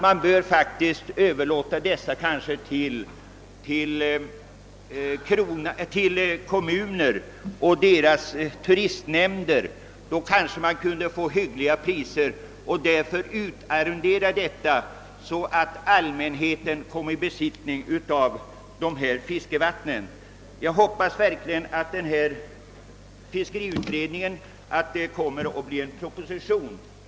Man borde utarrendera dessa fiskevatten till kommunerna och deras turistnämnder — då kanske man kunde få så hyggliga priser, att allmänheten fick möjlighet att använda dessa fiskevatten. Jag hoppas verkligen att fritidsfiskeutredningen skall föranleda en proposition.